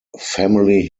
family